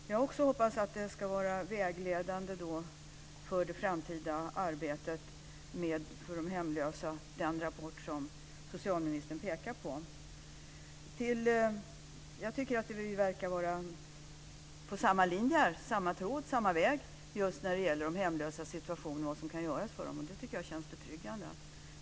Fru talman! Jag hoppas också att den rapport som socialministern pekar på ska vara grundläggande för det framtida arbetet för de hemlösa. Jag tycker att vi verkar vara på samma linje och följa samma väg när det gäller de hemlösas situation och vad som kan göras för de hemlösa. Det tycker jag känns betryggande.